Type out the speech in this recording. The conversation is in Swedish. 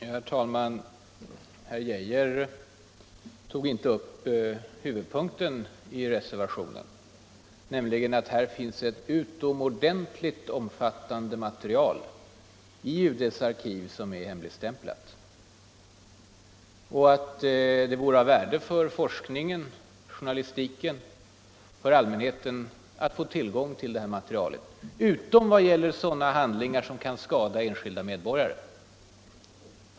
Herr talman! Herr Arne Geijer tog inte upp huvudpunkten i reservationen, nämligen att det finns ett utomordentligt omfattande hemligstämplat material i UD:s arkiv. Det vore av värde för forskningen, för journalistiken och för allmänheten att få tillgång till detta material utom sådana handlingar som kan skada enskilda medborgare.